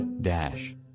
dash